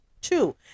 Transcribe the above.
two